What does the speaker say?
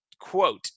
quote